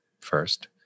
first